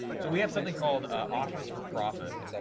so we have something called offers for profit,